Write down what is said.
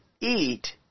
eat